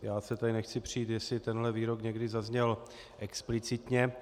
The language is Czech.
Já se tady nechci přít, jestli tenhle výrok někdy zazněl explicitně.